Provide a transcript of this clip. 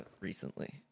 recently